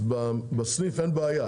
אז בסניף אין בעיה.